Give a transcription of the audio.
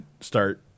start